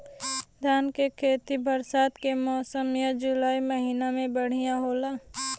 धान के खेती बरसात के मौसम या जुलाई महीना में बढ़ियां होला?